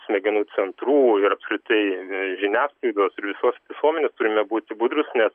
smegenų centrų ir apskritai žiniasklaidos ir visos visuomenės turime būti budrūs nes